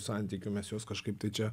santykių mes juos kažkaip tai čia